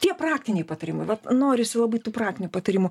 tie praktiniai patarimai vat norisi labai tų praktinių patarimų